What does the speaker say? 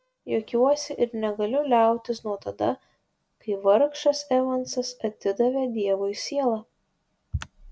juokiuosi ir negaliu liautis nuo tada kai vargšas evansas atidavė dievui sielą